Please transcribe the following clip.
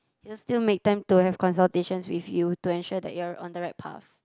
he will still make time to have consultations with you to ensure that you are on the right path